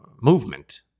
movement